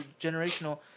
generational